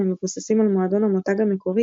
המבוססים על מועדון המותג המקורי,